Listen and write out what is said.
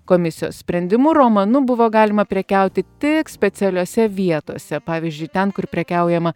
komisijos sprendimu romanu buvo galima prekiauti tik specialiose vietose pavyzdžiui ten kur prekiaujama